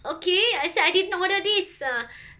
okay actually I didn't order this uh